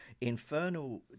infernal